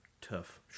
tough